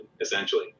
essentially